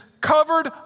covered